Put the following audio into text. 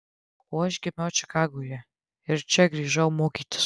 o aš gimiau čikagoje ir čia grįžau mokytis